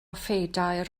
phedair